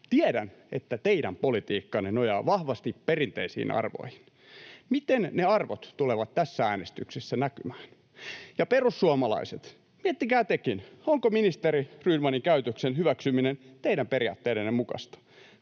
tiedän, että teidän politiikkanne nojaa vahvasti perinteisiin arvoihin. Miten ne arvot tulevat tässä äänestyksessä näkymään? Ja, perussuomalaiset, miettikää tekin, onko ministeri Rydmanin käytöksen hyväksyminen teidän periaatteidenne mukaista.